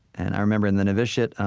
and i remember in the novitiate,